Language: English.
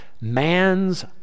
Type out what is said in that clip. Man's